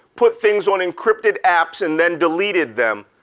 put things on encrypted apps and then deleted them,